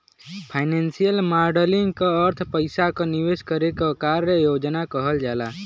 financial modelling क अर्थ पइसा क निवेश करे क कार्य योजना कहल जाला